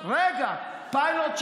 קיבלתי